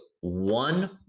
one